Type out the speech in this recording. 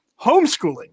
homeschooling